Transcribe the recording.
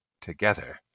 together